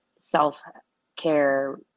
self-care